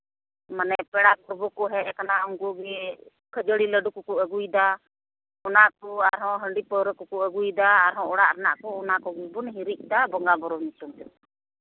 ᱢᱟᱱᱮ ᱯᱮᱲᱟ ᱯᱟᱹᱲᱦᱟᱹ ᱠᱚ ᱦᱮᱡ ᱠᱟᱱᱟ ᱩᱱᱠᱩᱜᱮ ᱠᱷᱟᱡᱟᱹᱲᱤ ᱞᱟᱹᱰᱩ ᱠᱚᱠᱚ ᱟᱹᱜᱩᱭᱫᱟ ᱚᱱᱟᱠᱚ ᱟᱨᱦᱚᱸ ᱦᱟᱺᱰᱤ ᱯᱟᱺᱣᱨᱟᱹ ᱠᱚᱠᱚ ᱟᱹᱜᱩᱭᱫᱟ ᱟᱨᱦᱚᱸ ᱚᱲᱟᱜ ᱨᱮᱱᱟᱜ ᱠᱚ ᱚᱱᱟ ᱠᱚᱜᱮ ᱵᱚᱱ ᱦᱤᱨᱤᱡ ᱫᱟ ᱵᱚᱸᱜᱟᱼᱵᱩᱨᱩ ᱧᱩᱛᱩᱢ ᱛᱮ